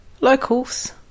Locals